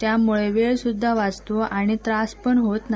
त्यामुळं वेळ सुद्वा वाचतो आणि त्रास पण होत नाही